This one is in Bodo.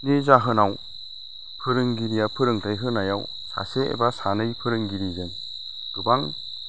नि जाहोनाव फोरोंगिरिया फोरोंथाय होनायाव सासे एबा सानै फोरोंगिरिजों गोबां